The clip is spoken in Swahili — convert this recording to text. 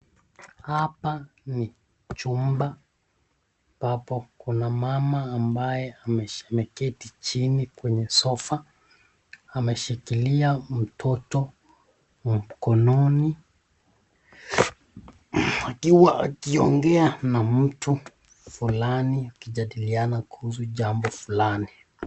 Hapa ni chumba ambapo kuna mama ambaye ameketi chini kwenye sofa ,ameshikilia mtoto mkononi akiwa akiongea na mtu funani wakijadiliana kuhusu jambo fulani.